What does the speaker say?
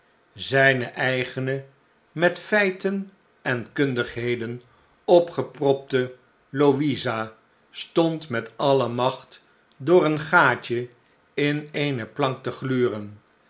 zyne eigene met feiten en kundigheden opgepropte louisa stond met alle macht door een gaatje in eene plank te gluren